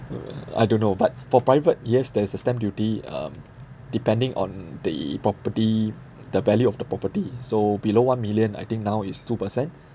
uh I don't know but for private yes there is a stamp duty um depending on the property the value of the property so below one million I think now is two percent